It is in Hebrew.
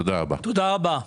תודה רבה.